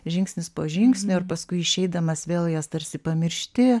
žingsnis po žingsnio ir paskui išeidamas vėl jas tarsi pamiršti